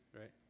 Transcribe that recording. right